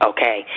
Okay